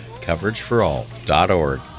CoverageForAll.org